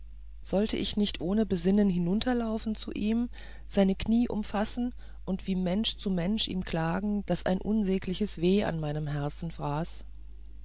sollte ich nicht ohne besinnen hinunterlaufen zu ihm seine knie umfassen und wie mensch zu mensch ihm klagen daß ein unsägliches weh an meinem herzen fraß